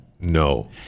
no